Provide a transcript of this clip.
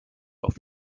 auf